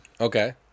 okay